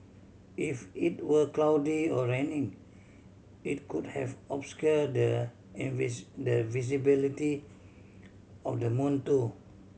if it were cloudy or raining it could have obscured the visibility of the moon too